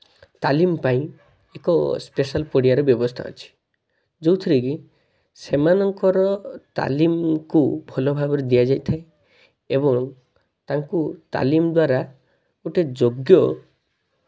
ତାଲିମ ପାଇଁ ଏକ ସ୍ପେସାଲ ପଡ଼ିଆରେ ବ୍ୟବସ୍ଥା ଅଛି ଯେଉଁଥିରେ କି ସେମାନଙ୍କର ତାଲିମକୁ ଭଲ ଭାବରେ ଦିଆଯାଇଥାଏ ଏବଂ ତାଙ୍କୁ ତାଲିମ ଦ୍ୱାରା ଗୋଟେ ଯୋଗ୍ୟ